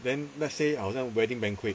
then let's say 好像 wedding banquet